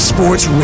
Sports